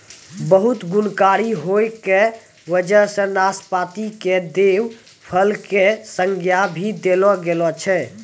बहुत गुणकारी होय के वजह सॅ नाशपाती कॅ देव फल के संज्ञा भी देलो गेलो छै